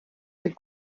viel